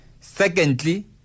Secondly